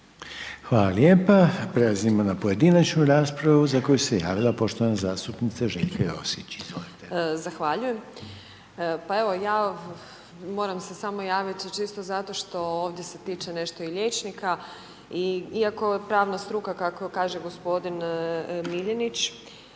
Hvala lijepa. Prelazimo na pojedinačnu raspravu za koju se javila poštovana zastupnica Željka Josić. Izvolite. **Josić, Željka (HDZ)** Zahvaljujem. Pa evo ja moram se samo javiti čisto zašto što ovdje se tiče nešto i liječnika i iako je pravna struka kako kaže gospodin Miljenić